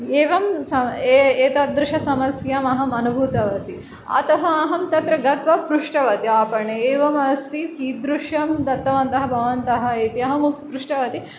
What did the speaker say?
एवं स ए एतादृशसमस्यामहम् अनुभूतवती अतः अहं तत्र गत्वा पृष्टवती आपणे एवमस्ति कीदृशं दत्तवन्तः भवन्तः इति अहं पृष्टवती